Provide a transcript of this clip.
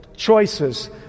Choices